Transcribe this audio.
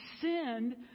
sinned